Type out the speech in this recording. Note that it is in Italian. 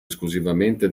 esclusivamente